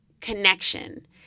connection